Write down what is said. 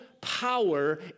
power